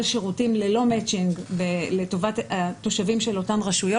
שירותים ללא מצ'ינג לטובת התושבים של אותן רשויות.